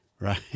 right